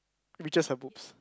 witches her boobs